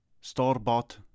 store-bought